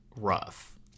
rough